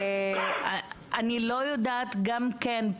אני לא יודעת גם כן,